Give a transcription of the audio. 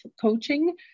coaching